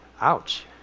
Ouch